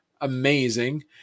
amazing